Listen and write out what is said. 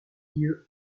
lieux